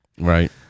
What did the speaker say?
Right